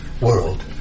world